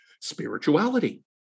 spirituality